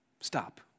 Stop